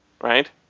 Right